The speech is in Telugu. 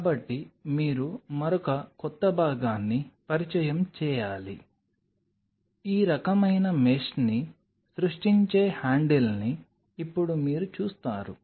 కాబట్టి మీరు మరొక కొత్త భాగాన్ని పరిచయం చేయాలి ఈ రకమైన మెష్ని సృష్టించే హ్యాండిల్ని ఇప్పుడు మీరు చూస్తారు